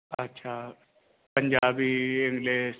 ਅੱਛਾ ਪੰਜਾਬੀ ਇੰਗਲਿਸ਼